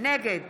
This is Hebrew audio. נגד